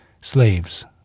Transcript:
slaves